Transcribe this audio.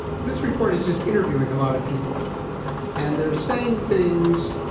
this report is just interviewing a lot of people and they're saying things